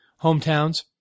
hometowns